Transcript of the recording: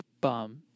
bum